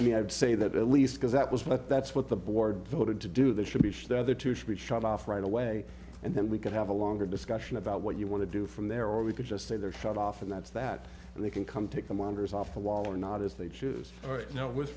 i mean i would say that at least because that was what that's what the board voted to do this should be the other two should be shut off right away and then we could have a longer discussion about what you want to do from there or we could just say they're shut off and that's that they can come take the monitors off the wall or not as they choose right now with